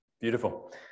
beautiful